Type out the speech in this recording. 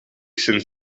sinds